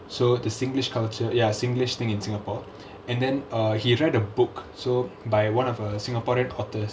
so the singlish culture ya singlish thing in singapore and then uh he read a book so by one of uh singaporean authors